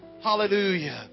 hallelujah